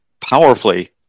powerfully